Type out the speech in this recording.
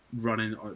running